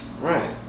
Right